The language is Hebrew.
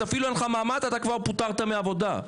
אפילו אין לך מעמד כבר פוטרת מהעבודה.